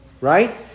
right